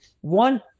one